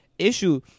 issue